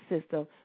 system